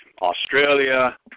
Australia